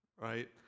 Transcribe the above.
right